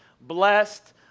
blessed